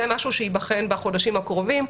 זה משהו שייבחן בחודשים הקרובים.